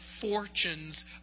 fortunes